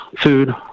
food